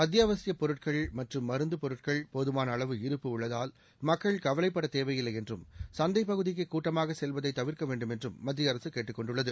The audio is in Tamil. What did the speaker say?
அத்தியாவசியப் பொருட்கள் மற்றும் மருந்துப் பொருட்கள் போதுமானஅளவு இருப்பு உள்ளதால் மக்கள் கவலைப்படத் தேவையில்லைஎன்றும் சந்தைபகுதிக்குகூட்டமாகசெல்வதைதவிர்க்கவேண்டும் என்றும் மத்தியஅரசுகேட்டுக் கொண்டுள்ளது